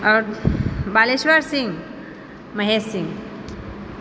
आओर बालेश्वर सिंह महेश सिंह